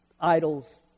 idols